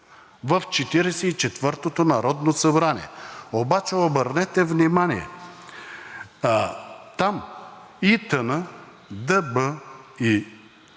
четвъртото народно събрание. Обаче, обърнете внимание, там ИТН, ДБ